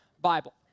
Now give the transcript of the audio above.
Bible